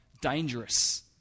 dangerous